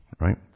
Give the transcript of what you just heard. right